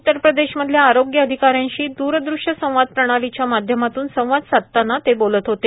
उत्तर प्रदेशमधल्या आरोग्य अधिकाऱ्यांशी द्रदृष्यसंवाद प्रणालीचा माध्यमातून संवाद साधताना ते बोलत होते